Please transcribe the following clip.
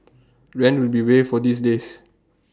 rent will be waived for these days